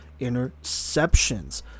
interceptions